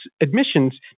admissions